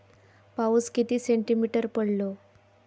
पाऊस किती सेंटीमीटर पडलो?